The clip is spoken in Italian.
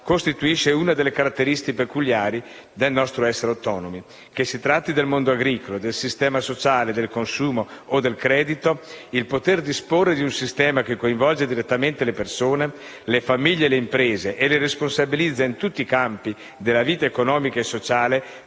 costituisce una delle caratteristiche peculiari del nostro essere autonomi. Che si tratti del mondo agricolo, del sistema sociale, del consumo o del credito, il poter disporre di un sistema che coinvolge direttamente le persone, le famiglie e le imprese e le responsabilizza in tutti i campi della vita economica e sociale